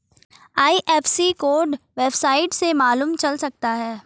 IFSC code website से मालूम चल सकता है